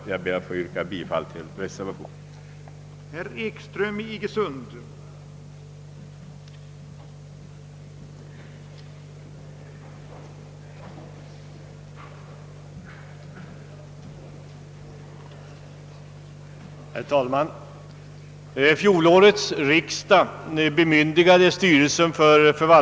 Jag ber att få yrka bifall till reservationen nr 1.